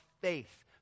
faith